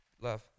love